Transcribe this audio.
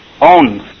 owns